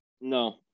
No